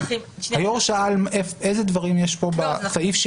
היושב ראש שאל איזה דברים יש כאן בסעיף.